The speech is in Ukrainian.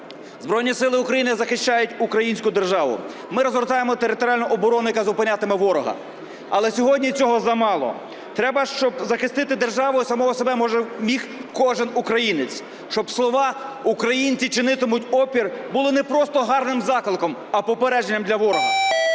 Збройні Сили України захищають українську державу, ми розгортаємо територіальну оборону, яка зупинятиме ворога. Але сьогодні цього замало. Треба, щоб захистити державу і самого себе міг кожен українець, щоб слова "українці чинитимуть опір" були не просто гарним закликом, а попередженням для ворога,